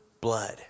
blood